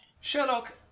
Sherlock